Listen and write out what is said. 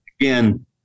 again